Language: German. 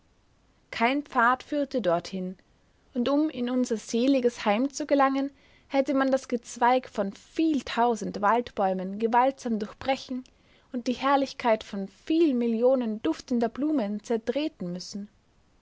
kein pfad führte dorthin und um in unser seliges heim zu gelangen hätte man das gezweig von vieltausend waldbäumen gewaltsam durchbrechen und die herrlichkeit von viel millionen duftender blumen zertreten müssen